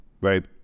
Right